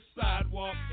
sidewalk